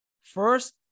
First